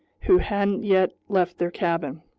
who hadn't yet left their cabin.